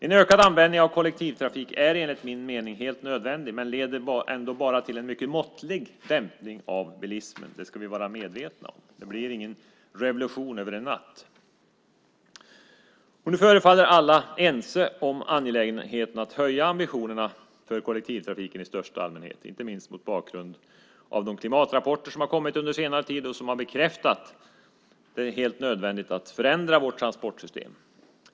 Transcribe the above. En ökad användning av kollektivtrafik är enligt min mening helt nödvändig men leder ändå bara till en mycket måttlig dämpning av bilismen - det ska vi vara medvetna om. Det blir ingen revolution över en natt. Nu förefaller alla vara ense om angelägenheten av att höja ambitionerna för kollektivtrafiken i största allmänhet, inte minst mot bakgrund av de klimatrapporter som kommit under senare tid och som bekräftat att det är helt nödvändigt att förändra våra transportsystem.